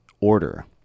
order